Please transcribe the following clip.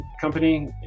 company